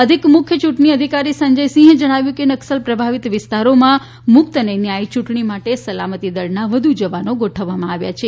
અધિક મુખ્ય યૂંટણી અધિકારી સંજય સિંહે જણાવ્યું કે નક્સલ પ્રભાવિત વિસ્તારોમાં મુક્ત અને ન્યાયી ચૂંટણી માટે સલામતી દળના વધુ જવાનો ગોઠવવામાં આવ્યા છે